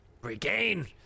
Regain